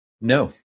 No